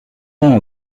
only